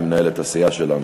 היא מנהלת הסיעה שלנו,